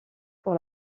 pour